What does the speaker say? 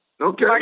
Okay